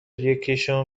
یکیشون